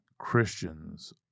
Christians